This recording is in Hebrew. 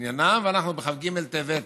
ואנחנו בכ"ג טבת תשע"ח.